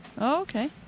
Okay